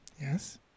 Yes